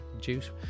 juice